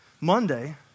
Monday